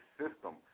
system